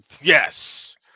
yes